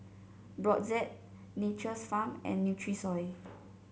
Brotzeit Nature's Farm and Nutrisoy